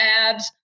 abs